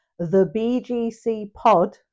thebgcpod